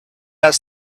that